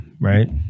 right